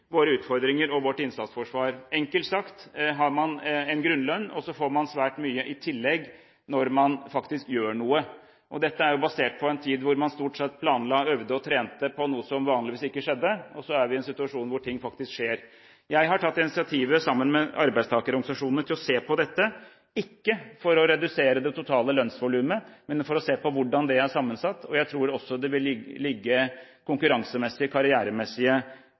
våre utfordringer og vårt innsatsforsvar. Enkelt sagt har man en grunnlønn, og så får man svært mye i tillegg når man faktisk gjør noe. Dette er basert på en tid hvor man stort sett planla, øvde og trente på noe som vanligvis ikke skjedde, og nå er vi i en situasjon hvor ting faktisk skjer. Jeg har, sammen med arbeidstakerorganisasjonene, tatt initiativ til å se på dette – ikke for å redusere det totale lønnsvolumet, men for å se på hvordan det er sammensatt. Jeg tror også det vil ligge konkurransemessige og karrieremessige